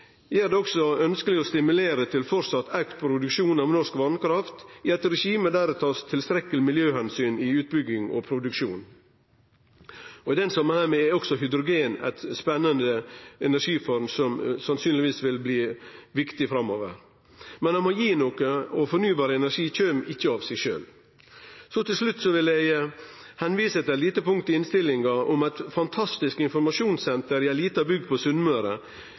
gjer det også ønskjeleg å stimulere til framleis å auke produksjonen av norsk vasskraft – i eit regime der det blir tatt tilstrekkelege miljøomsyn i utbygging og produksjon. I den samanhengen er også hydrogen ei spennande energiform som sannsynlegvis vil bli viktig framover. Men ein må gi noko, og fornybar energi kjem ikkje av seg sjølv. Til slutt vil eg vise til eit lite punkt i innstillinga om eit fantastisk informasjonssenter i ei lita bygd på Sunnmøre,